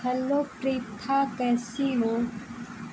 hello Pritha कैसी हो